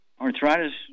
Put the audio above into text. arthritis